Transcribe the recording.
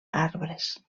arbres